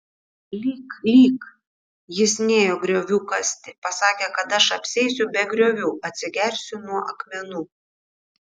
lyk lyk jis nėjo griovių kasti pasakė kad aš apsieisiu be griovių atsigersiu nuo akmenų